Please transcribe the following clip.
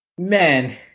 Man